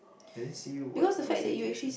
I didn't see you what was the tuition